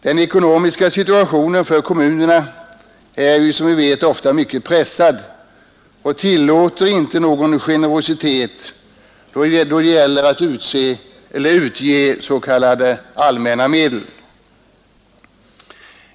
Den ekonomiska situationen för kommunerna är ofta mycket pressad och tillåter inte någon generositet då det gäller att utge s.k. allmänna medel.